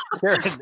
Karen